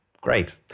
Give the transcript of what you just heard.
Great